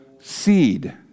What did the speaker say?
seed